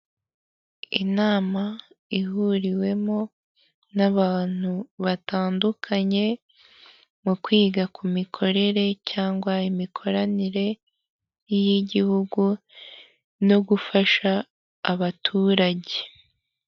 Inama ihuriwemo n'abantu batandukanye mu kwiga ku mikorere cyangwa imikoranire y'igihugu no gufasha abaturage.